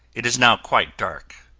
it is now quite dark.